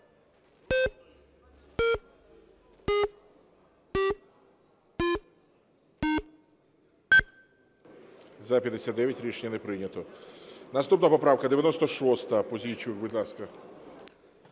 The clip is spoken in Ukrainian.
За-59 Рішення не прийнято. Наступна поправка 96. Пузійчук, будь ласка.